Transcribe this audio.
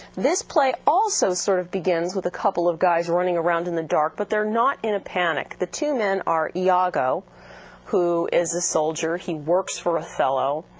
this play also sort of begins with a couple of guys running around in the dark, but they're not in a panic. the two men are iago who is a soldier he works for othello.